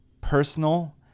personal